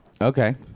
Okay